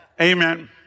Amen